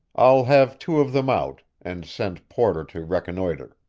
i'll have two of them out, and send porter to reconnoiter.